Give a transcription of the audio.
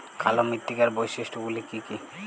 কালো মৃত্তিকার বৈশিষ্ট্য গুলি কি কি?